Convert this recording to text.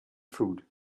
food